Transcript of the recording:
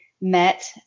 met